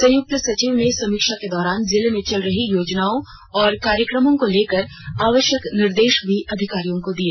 संयुक्त सचिव ने समीक्षा के दौरान जिले में चल रही योजनाओं और कार्यक्रमों को लेकर आवश्यक निर्देश भी अधिकारियों को दी